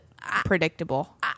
predictable